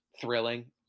thrilling